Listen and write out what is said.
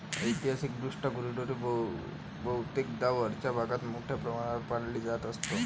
ऐतिहासिकदृष्ट्या गुरेढोरे बहुतेकदा वरच्या भागात मोठ्या प्रमाणावर पाळली जात असत